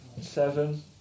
seven